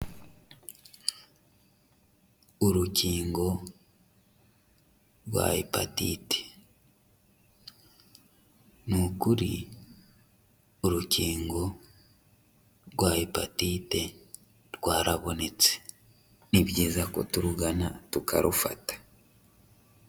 Urukingo rwa Hepatite. Ni hkuri urukingo rwa Hepatite rwarabonetse. Ni byiza ko turugana tukarufata.